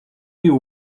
you